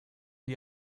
die